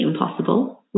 impossible